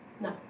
No